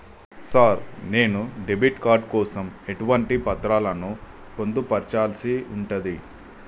Sir నేను debit card కోసం ఎటువంటి పత్రాలను పొందుపర్చాల్సి ఉంటది?